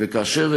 ובעכו,